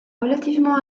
relativement